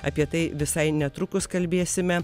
apie tai visai netrukus kalbėsime